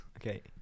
Okay